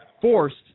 forced